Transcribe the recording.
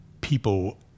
people